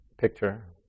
picture